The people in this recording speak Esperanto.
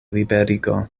liberigo